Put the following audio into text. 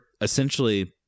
essentially